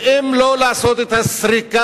ואם לא לעשות את הסריקה